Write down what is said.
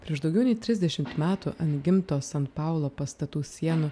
prieš daugiau nei trisdešimt metų ant gimto san paulo pastatų sienų